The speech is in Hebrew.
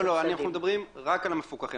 לא, אנחנו מדברים רק על המפוקחים.